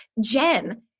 Jen